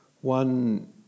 One